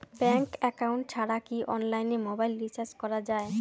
Bank account ছাড়া কি অনলাইনে মোবাইল রিচার্জ করা যায়?